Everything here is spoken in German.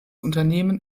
unternehmen